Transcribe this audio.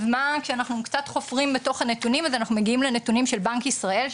כשאנחנו חופרים בתוך הנתונים אנחנו מגיעים לנתונים של בנק ישראל,